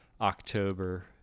October